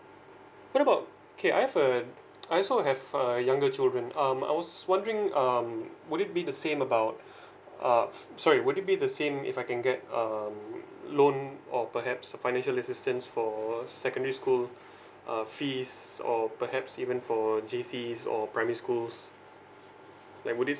what about okay I have a I also have uh younger children um I was wondering um would it be the same about uh sorry would you be the same if I can get um loan or perhaps financial assistance for secondary school uh fees or perhaps even for J_C's or primary schools like would it